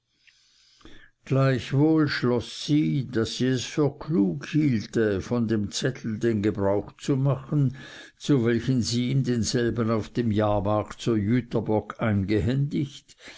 gleichwohl schloß sie daß sie es für klug hielte von dem zettel den gebrauch zu machen zu welchem sie ihm denselben auf dem jahrmarkt zu jüterbock eingehändigt